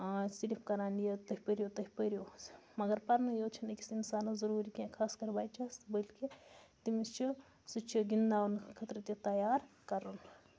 صرف کَران یہِ تُہۍ پٔرِو تُہۍ پٔرِو مَگَر پَرنُے یوت چھُ نہٕ أکِس اِنسانَس ضروٗری کینٛہہ خاص کَر بَچَس بلکہِ تٔمِس چھ سُہ چھ گِنٛدناونہٕ خٲطرٕ تہِ تَیار کَرُن